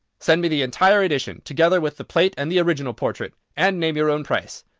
send me the entire edition together with the plate and the original portrait and name your own price.